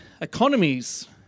economies